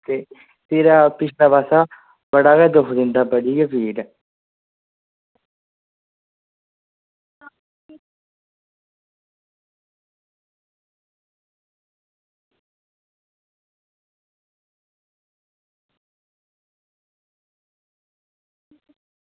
मेरा पिच्छला पासा बड़ा गै दुक्ख दिंदा बड़ी गै पीड़ ऐ